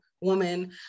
woman